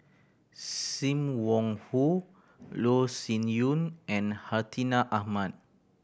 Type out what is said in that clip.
Sim Wong Hoo Loh Sin Yun and Hartinah Ahmad